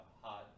hot